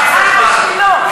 בשביל שמולי,